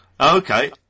Okay